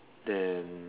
then